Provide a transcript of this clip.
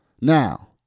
Now